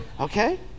Okay